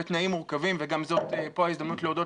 בתנאים מורכבים וגם פה זאת ההזדמנות להודות